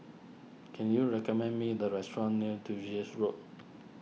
can you recommend me the restaurant near Duchess Road